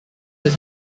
his